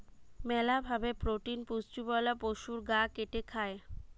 মেলা ভাবে প্রোটিন পুষ্টিওয়ালা পশুর গা কেটে খায়